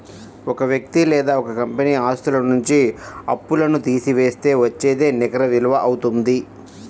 ఒక వ్యక్తి లేదా ఒక కంపెనీ ఆస్తుల నుంచి అప్పులను తీసివేస్తే వచ్చేదే నికర విలువ అవుతుంది